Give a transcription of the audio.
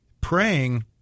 praying